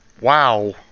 wow